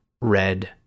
red